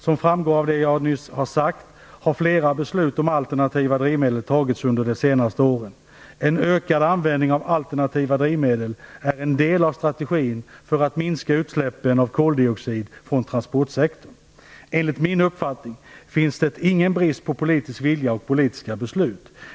Som framgår av det jag nyss har sagt har flera beslut om alternativa drivmedel fattats under de senaste åren. En ökad användning av alternativa drivmedel är en del av strategin för att minska utsläppen av koldioxid från transportsektorn. Enligt min uppfattning finns det ingen brist på politisk vilja och politiska beslut.